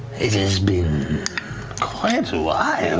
it has been quite a while ah